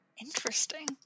interesting